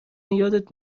یادت